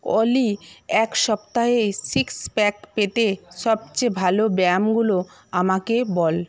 অলি এক সপ্তাহেই six pack পেতে সবচেয়ে ভালো ব্যায়ামগুলো আমাকে বল